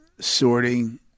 sorting